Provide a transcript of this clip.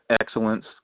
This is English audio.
excellence